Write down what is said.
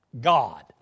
God